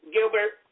Gilbert